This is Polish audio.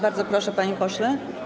Bardzo proszę, panie pośle.